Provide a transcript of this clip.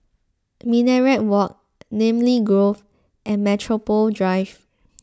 Minaret Walk Namly Grove and Metropole Drive